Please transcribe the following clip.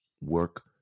work